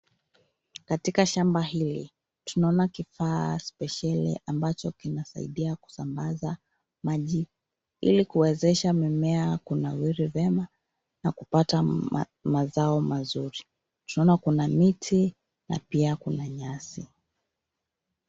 Katika shamba hili, tunaona kifaa spesheli ambacho kinasaidia kusambaza maji, ili kuwezesha mimea kunawiri vyema, na kupata mazao mazuri, tunaona kuna miti, na pia kuna nyasi.